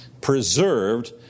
preserved